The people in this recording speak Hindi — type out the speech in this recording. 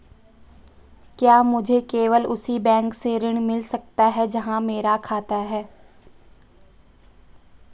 क्या मुझे केवल उसी बैंक से ऋण मिल सकता है जहां मेरा खाता है?